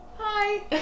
Hi